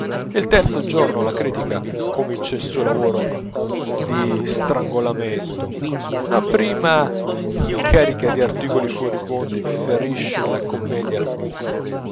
il terzo giorno la critica comincia il suo lavoro di strangolamento una prima scarica di articoli furibondi ferisce la commedia al cuore